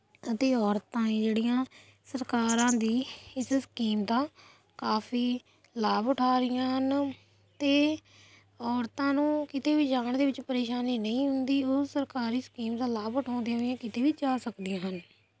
ਅਤੇ ਔਰਤਾਂ ਏ ਜਿਹੜੀਆਂ ਸਰਕਾਰਾਂ ਦੀ ਇਸ ਸਕੀਮ ਦਾ ਕਾਫੀ ਲਾਭ ਉਠਾ ਰਹੀਆਂ ਹਨ ਅਤੇ ਔਰਤਾਂ ਨੂੰ ਕਿਤੇ ਵੀ ਜਾਣ ਦੇ ਵਿੱਚ ਪਰੇਸ਼ਾਨੀ ਨਹੀਂ ਹੁੰਦੀ ਉਹ ਸਰਕਾਰੀ ਸਕੀਮ ਦਾ ਲਾਭ ਉਠਾਉਂਦੀਆਂ ਹੋਈਆਂ ਕਿਤੇ ਵੀ ਜਾ ਸਕਦੀਆਂ ਹਨ